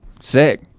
Sick